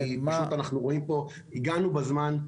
הגענו בזמן,